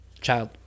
child